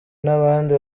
n’abandi